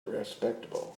respectable